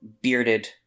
bearded